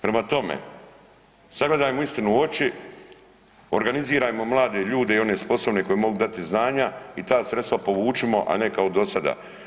Prema tome, sagledajmo istinu u oči, organizirajmo mlade ljude i one sposobne koji mogu dati znanja i ta sredstva povucimo a ne kao dosada.